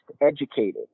educated